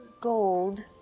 gold